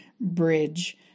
bridge